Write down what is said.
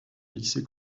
lycée